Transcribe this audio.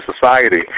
society